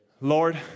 Lord